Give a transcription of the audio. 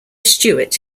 stewart